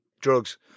Drugs